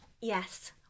Yes